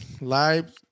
Live